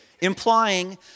implying